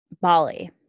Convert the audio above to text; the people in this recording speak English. Bali